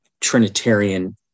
Trinitarian